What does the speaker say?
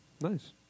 Nice